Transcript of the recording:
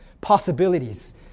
possibilities